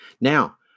Now